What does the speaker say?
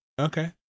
okay